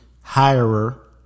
hirer